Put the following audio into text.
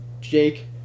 jake